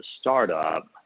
startup